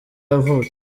yavutse